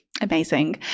Amazing